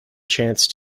chance